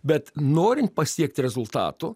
bet norint pasiekti rezultatų